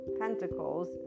pentacles